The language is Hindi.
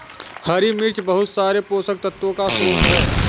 हरी मिर्च बहुत सारे पोषक तत्वों का स्रोत है